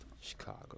Chicago